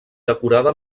decorada